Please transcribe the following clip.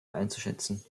einzuschätzen